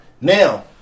Now